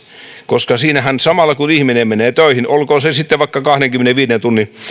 koska siinähän samalla kun ihminen menee töihin olkoon se sitten vaikka esimerkiksi kahdenkymmenenviiden tunnin